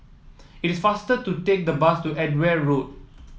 it is faster to take the bus to Edgware Road